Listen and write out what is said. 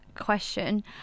question